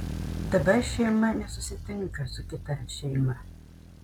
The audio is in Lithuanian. dabar šeima nesusitinka su kita šeima